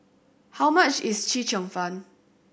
how much is Chee Cheong Fun